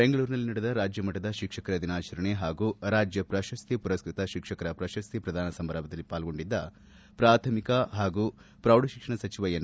ಬೆಂಗಳೂರಿನಲ್ಲಿ ನಡೆದ ರಾಜ್ಯ ಮಟ್ಟದ ಶಿಕ್ಷಕರ ದಿನಾಚರಣೆ ಹಾಗೂ ರಾಜ್ಯ ಪ್ರಶಸ್ತಿ ಮರಸ್ವತ ಶಿಕ್ಷಕರ ಪ್ರಶಸ್ತಿ ಪ್ರದಾನ ಸಮಾರಂಭದಲ್ಲಿ ಪಾಲ್ಗೊಂಡಿದ್ದ ಪ್ರಾಥಮಿಕ ಹಾಗೂ ಪೌಢಶಿಕ್ಷಣ ಸಚಿವ ಎನ್